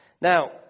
Now